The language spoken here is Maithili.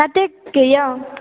कतेकके यऽ